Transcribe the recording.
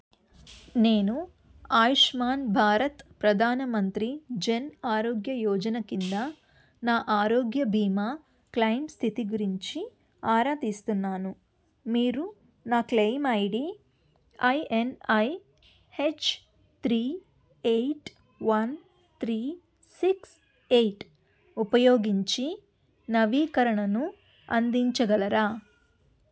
నేను ఆయుష్మాన్ భారత్ ప్రధాన మంత్రి జన్ ఆరోగ్య యోజన కింద నా ఆరోగ్య భీమా క్లెయిమ్ స్థితి గురించి ఆరా తీస్తున్నాను మీరు నా claim ID INIH three eight one three six eight ఉపయోగించి నవీకరణను అందించగలరా